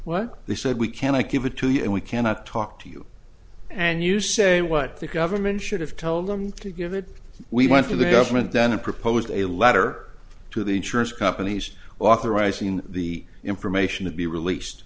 what they said we cannot give it to you and we cannot talk to you and you say what the government should have told them to give it we went to the government then a proposed a letter to the insurance companies authorizing the information to be released